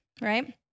right